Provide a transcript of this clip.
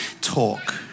talk